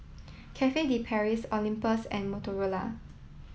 Cafe De Paris Olympus and Motorola